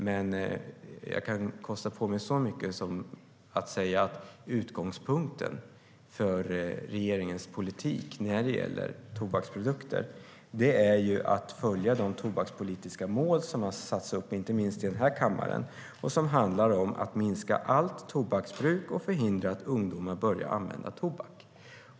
Jag kan dock kosta på mig så mycket som att säga att utgångspunkten för regeringens politik när det gäller tobaksprodukter är att följa de tobakspolitiska mål som har satts upp inte minst i den här kammaren och som handlar om att minska allt tobaksbruk och förhindra att ungdomar börjar använda tobak.